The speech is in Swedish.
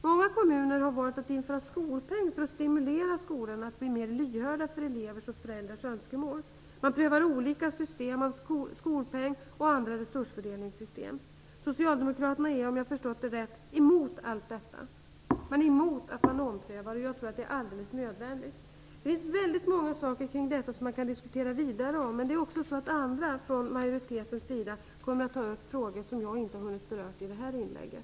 Många kommuner har valt att införa skolpeng för att stimulera skolorna att bli mer lyhörda för elevers och föräldrars önskemål. Man prövar olika system för skolpengen och även andra resursfördelningssystem. Socialdemokraterna är, om jag har förstått det rätt, emot allt detta och emot omprövningar. Jag tror att sådant är alldeles nödvändigt. Det finns många saker som man kan diskutera vidare, men andra från majoriteten kommer att ta upp sådana frågor som jag inte har berört i det här inlägget.